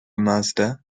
mazda